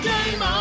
Game